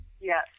Yes